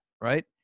right